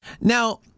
Now